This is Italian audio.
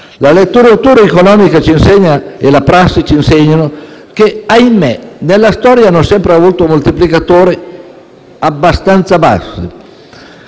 La letteratura economica e la prassi ci insegnano che - ahimè - nella storia hanno sempre avuto moltiplicatori abbastanza bassi,